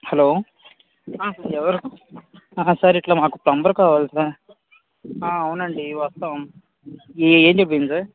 hello ఎవరు sir ఇట్లా మాకు ప్లంబర్ కావాలి సార్ అవును అండి వస్తాము